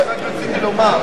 רק רציתי לומר.